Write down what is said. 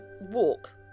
walk